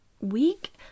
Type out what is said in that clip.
week